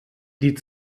die